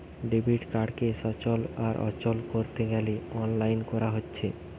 debit কার্ডকে সচল আর অচল কোরতে গ্যালে অনলাইন কোরা হচ্ছে